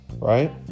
Right